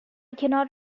cannot